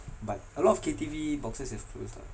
but a lot of K_T_V boxes have closed lah